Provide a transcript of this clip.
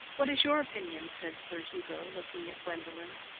what is your opinion? said sir hugo, looking at gwendolen.